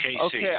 Okay